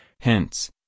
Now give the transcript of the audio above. Hence